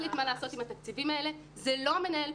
מה לעשות עם התקציבים האלה זה לא המנהל,